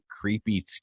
creepy